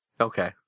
Okay